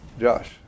Josh